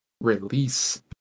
release